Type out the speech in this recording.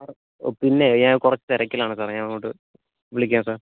പിന്നെ ഞാൻ കുറച്ച് തിരക്കിലാണ് സാറെ ഞാൻ അങ്ങോട്ട് വിളിക്കാം സാർ